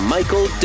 Michael